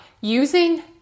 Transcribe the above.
using